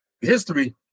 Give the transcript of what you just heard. history